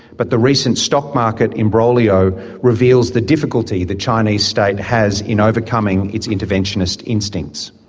but the recent stockmarket imbroglio reveals the difficulty the chinese state has in overcoming its interventionist instincts.